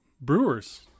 brewers